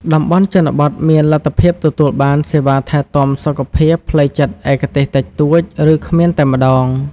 តំបន់ជនបទមានលទ្ធភាពទទួលបានសេវាថែទាំសុខភាពផ្លូវចិត្តឯកទេសតិចតួច ឬគ្មានតែម្តង។